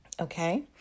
Okay